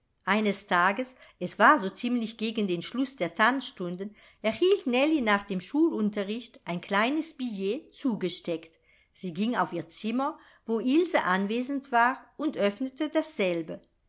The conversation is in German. eines tages es war so ziemlich gegen den schluß der tanzstunden erhielt nellie nach dem schulunterricht ein kleines billet zugesteckt sie ging auf ihr zimmer wo ilse anwesend war und öffnete dasselbe